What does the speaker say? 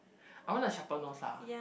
I want a sharper nose lah